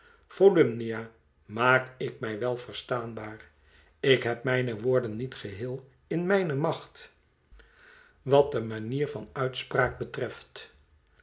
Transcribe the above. volumnia maak ik mij wel verstaanbaar ik heb mijne woorden niet geheel in mijne macht wat de manier van uitspraak betreft